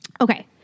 Okay